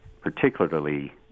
particularly